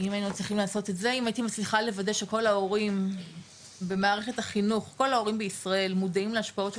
אם הייתי מצליחה לוודא שכל ההורים בישראל מודעים להשפעות של